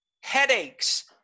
headaches